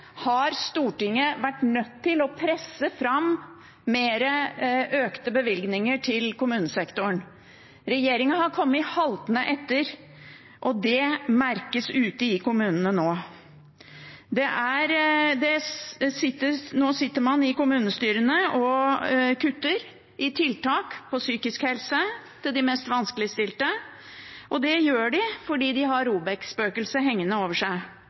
har Stortinget vært nødt til å presse fram økte bevilgninger til kommunesektoren. Regjeringen har kommet haltende etter, og det merkes ute i kommunene nå. Nå sitter man i kommunestyrene og kutter i tiltak innen psykisk helse for de mest vanskeligstilte, og det gjør de fordi de har ROBEK-spøkelset hengende over seg.